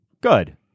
good